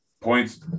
points